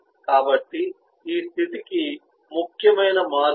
కాబట్టి ఈ స్థితికి ముఖ్యమైన మార్పు ఇది